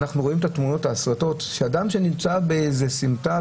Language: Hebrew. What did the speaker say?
אנחנו רואים את התמונות שאדם שנמצא באיזה סמטה,